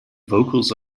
vocals